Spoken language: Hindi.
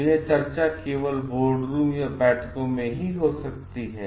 तो ये चर्चा केवल बोर्ड रूम या बैठकों में हो सकती है